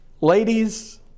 ladies